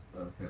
Okay